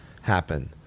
happen